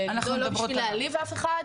לא בשביל להעליב אף אחד,